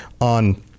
on